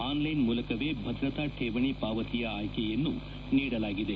on line ಮೂಲಕವೇ ಭದ್ರತಾ ಠೇವಣಿ ಪಾವತಿಯ ಆಯ್ಕೆ ಯನ್ನೂ ನೀಡಲಾಗಿದೆ